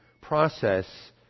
process